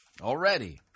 Already